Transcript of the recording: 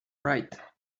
right